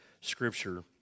scripture